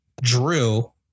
drill